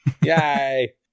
Yay